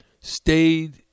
stayed